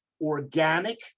organic